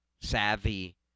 savvy